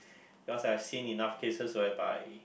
cause I've seen enough cases whereby